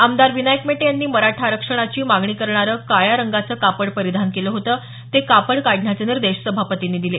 आमदार विनायक मेटे यांनी मराठा आरक्षणाची मागणी करणारं काळ्या रंगाचं कापड परिधान केलं होतं ते कापड काढण्याचे निर्देश सभापतींनी दिले